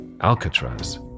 Alcatraz